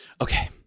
Okay